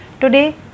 today